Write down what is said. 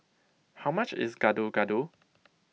how much is Gado Gado